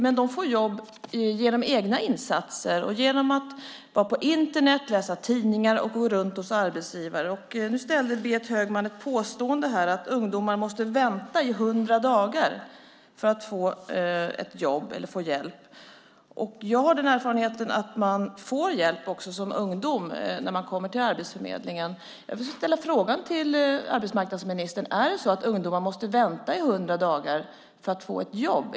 Men de får jobb genom egna insatser och genom att vara på Internet, läsa tidningar och gå runt till arbetsgivare. Nu kom Berit Högman med ett påstående, att ungdomar måste vänta i 100 dagar för att få ett jobb eller få hjälp. Jag har den erfarenheten att man får hjälp också som ungdom när man kommer till Arbetsförmedlingen. Jag vill ställa frågan till arbetsmarknadsministern: Måste ungdomar vänta i 100 dagar för att få ett jobb?